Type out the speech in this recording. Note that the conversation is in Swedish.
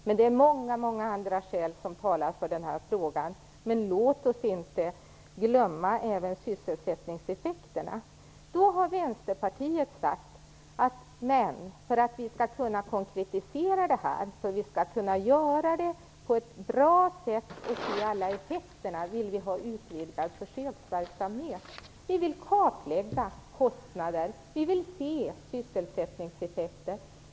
Också många många andra skäl talar för en arbetstidsförkortning, men låt oss inte glömma att det även finns sysselsättningseffekter. För att konkretisera det här och göra det på ett bra sätt och se alla effekterna har Vänsterpartiet föreslagit en försöksverksamhet. Vi vill kartlägga kostnader. Vi vill se sysselsättningseffekter.